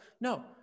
No